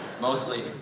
mostly